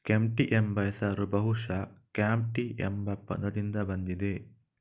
ಕೆಂಪ್ಟಿ ಎಂಬ ಹೆಸರು ಬಹುಶಃ ಕ್ಯಾಂಪ್ ಟಿ ಎಂಬ ಪದದಿಂದ ಬಂದಿದೆ